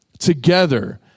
Together